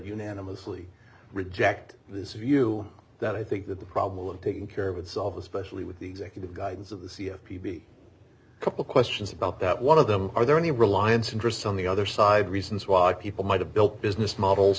unanimously reject this view that i think that the problem taken care of itself especially with the executive guides of the c f p be couple questions about that one of them are there any reliance interests on the other side reasons why people might have built business models